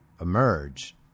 emerge